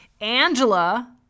Angela